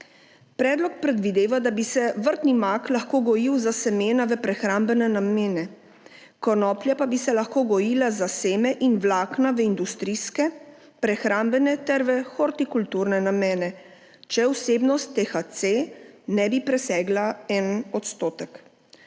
Predlog predvideva, da bi se vrtni mak lahko gojil za semena v prehrambne namene, konoplja pa bi se lahko gojila za seme in vlakna v industrijske, prehrambne ter v hortikulturne namene, če vsebnost THC ne bi presegla 1 %.